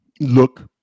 look